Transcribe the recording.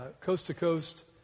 coast-to-coast